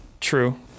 True